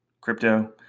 crypto